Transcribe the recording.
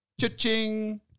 cha-ching